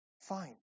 Fine